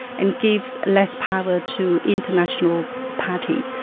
and gives less power to international party.